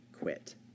quit